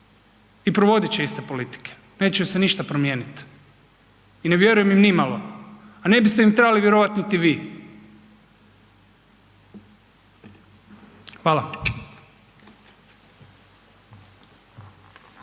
i provodit će iste politike. Neće se ništa promijeniti. I ne vjerujem im nimalo. A ne biste im trebali vjerovati niti vi. Hvala.